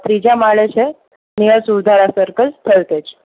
ત્રીજા માળે છે નિયર સુરધારા સર્કલ થલતેજ